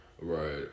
right